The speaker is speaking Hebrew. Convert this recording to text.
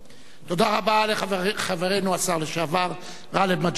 תודה רבה לחברנו השר לשעבר גאלב מג'אדלה.